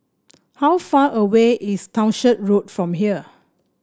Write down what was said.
how far away is Townshend Road from here